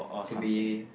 to be